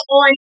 on